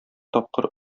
тапкыр